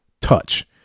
touch